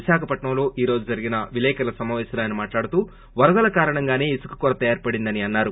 విశాఖపట్నంలో ఈ రోజు జరిగిన విలేకరుల సమాపేశంలో ఆయన మాట్లాడుతూ వరదల కారణంగాసే ఇసుక కొరత ఏర్పడిందని అన్నారు